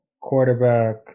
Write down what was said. quarterback